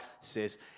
says